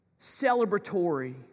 celebratory